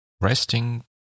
resting